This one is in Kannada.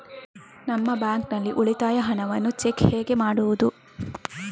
ನಮ್ಮ ಬ್ಯಾಂಕ್ ನಲ್ಲಿ ಉಳಿತಾಯದ ಹಣವನ್ನು ಚೆಕ್ ಹೇಗೆ ಮಾಡುವುದು?